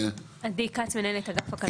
עדי כץ, מנהלת אגף הכלכלה.